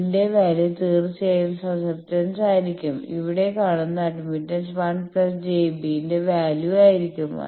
ഇതിന്റെ വാല്യൂ തീർച്ചയായും സസ്സെപ്റ്റൻസ് ആയിരിക്കും ഇവിടെ കാണുന്ന അഡ്മിറ്റൻസ് 1 j B ന്റെ വാല്യൂ ആയിരിക്കും